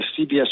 CBS